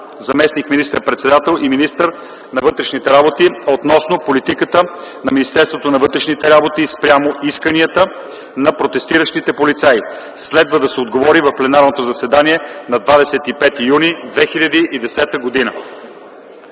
заместник министър-председател и министър на вътрешните работи, относно политиката на Министерството на вътрешните работи спрямо исканията на протестиращите полицаи. Следва да се отговори в пленарното заседание на 25 юни 2010 г.